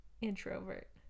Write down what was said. Introvert